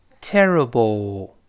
terrible